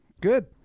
Good